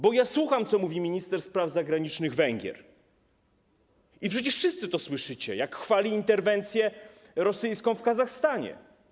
Bo ja słucham, co mówi minister spraw zagranicznych Węgier, i przecież wszyscy słyszycie, jak chwali interwencję rosyjską w Kazachstanie.